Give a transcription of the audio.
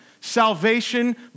Salvation